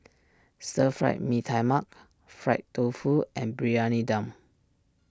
Stir Fried Mee Tai Mak Fried Tofu and Briyani Dum